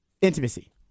intimacy